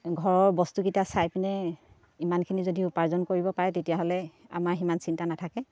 ঘৰৰ বস্তুকেইটা চাই পিনে ইমানখিনি যদি উপাৰ্জন কৰিব পাৰে তেতিয়াহ'লে আমাৰ সিমান চিন্তা নাথাকে